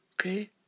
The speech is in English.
okay